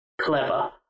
clever